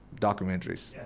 documentaries